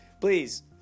please